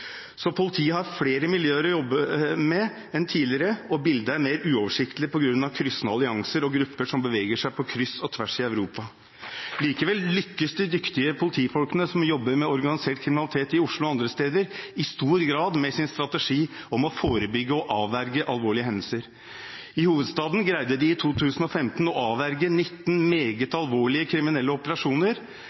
Så politiet har flere miljøer å jobbe med enn tidligere, og bildet er mer uoversiktlig på grunn av kryssende allianser og grupper som beveger seg på kryss og tvers i Europa. Likevel lykkes de dyktige politifolkene som jobber med organisert kriminalitet i Oslo og andre steder, i stor grad med sin strategi for å forebygge og avverge alvorlige hendelser. I hovedstaden greide de i 2015 å avverge 19 meget alvorlige kriminelle operasjoner,